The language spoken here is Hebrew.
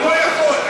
לא, אני לא יכול.